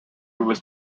was